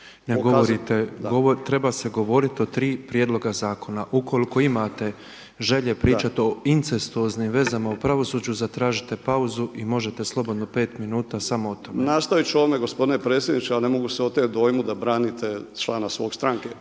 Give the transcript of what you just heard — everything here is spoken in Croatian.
Ne govorite. Treba se govoriti o tri prijedloga zakona. Ukoliko imate želje pričati o incestuoznim vezama u pravosuđu zatražite pauzu i možete slobodno pet minuta samo o tome. **Lovrinović, Ivan (Promijenimo Hrvatsku)** Nastavit ću o ovome gospodine predsjedniče. Ja ne mogu se otet dojmu da branite člana svoje stranke.